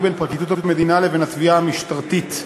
בין פרקליטות המדינה לבין התביעה המשטרתית.